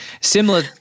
similar